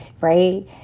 right